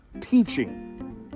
teaching